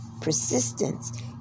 persistence